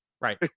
Right